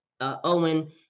Owen